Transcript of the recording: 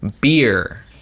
Beer